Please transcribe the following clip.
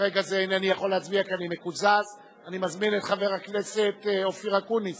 אני קובע שהצעת חוק תשלום קצבאות לחיילי